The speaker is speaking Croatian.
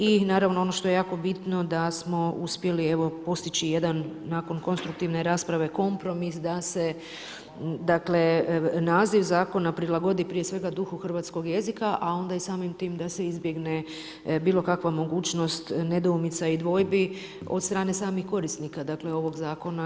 I naravno ono što je jako bitno, da smo uspjeli postići jedan nakon konstruktivne rasprave, kompromis, da se naziv zakona prilagodi prije svega duhu hrvatskog jezika, a onda samim time, da se izbjegne bilo kakva mogućnost nedoumice i dvojbi od strane samih korisnika ovog zakona.